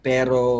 Pero